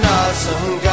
awesome